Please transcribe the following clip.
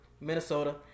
Minnesota